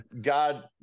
God